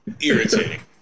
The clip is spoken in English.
Irritating